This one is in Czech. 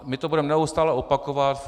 My to budeme neustále opakovat.